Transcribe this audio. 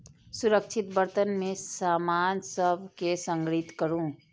सुरक्षित बर्तन मे सामान सभ कें संग्रहीत करू